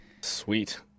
Sweet